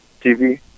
TV